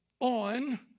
on